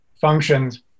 functions